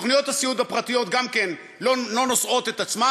תוכניות הסיעוד הפרטיות גם כן לא נושאות את עצמן,